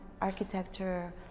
architecture